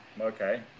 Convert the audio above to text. okay